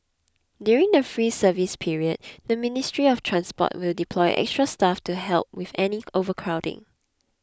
during the free service period the Ministry of Transport will deploy extra staff to help with any overcrowding